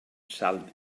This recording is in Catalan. salt